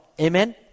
Amen